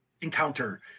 encounter